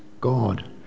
God